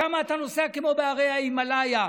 שם אתה נוסע כמו בהרי ההימלאיה,